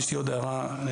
יש לי עוד הערה נוספת.